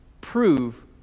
prove